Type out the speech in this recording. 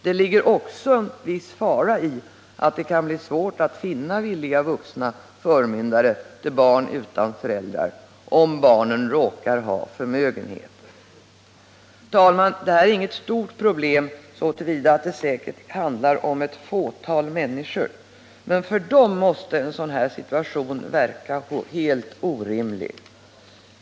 Det ligger också en viss fara i att det kan bli svårt att finna villiga vuxna förmyndare till barn utan föräldrar, om barnen råkar ha förmögenhet. Herr talman! Det här är inget stort problem så till vida att det säkert bara handlar om ett fåtal människor, men för dem måste i en sådan situation verkan av reglerna bli helt orimlig.